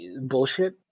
bullshit